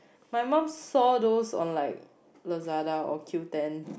my mom saw those on like Lazada or Q-ten